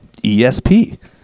ESP